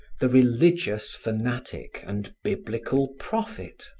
the religious fanatic and biblical prophet.